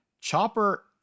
Chopper